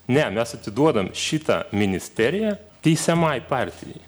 ne mes atiduodam šitą ministeriją teisiamai partijai